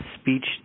speech